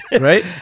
Right